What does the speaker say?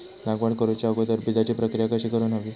लागवड करूच्या अगोदर बिजाची प्रकिया कशी करून हवी?